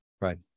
Right